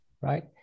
Right